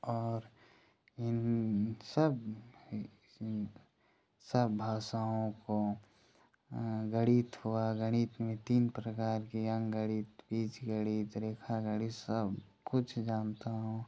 और इन सब सब भाषाओं को गणित हुआ गणित में तीन प्रकार के अंक गणित बीज गणित रेखा गणित सब कुछ जानता हूँ